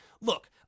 look